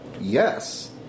Yes